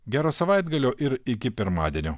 gero savaitgalio ir iki pirmadienio